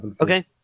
Okay